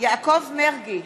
יעקב מרגי,